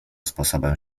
sposobem